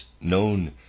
known